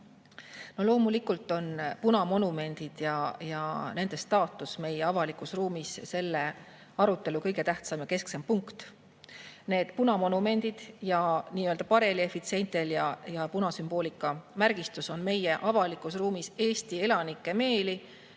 Loomulikult on punamonumendid ja nende staatus meie avalikus ruumis selle arutelu kõige tähtsam ja kesksem punkt. Need punamonumendid ja bareljeefid seintel ja punasümboolika märgistus on meie avalikus ruumis Eesti elanike meeli